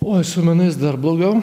uoj su menais dar blogiau